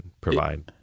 provide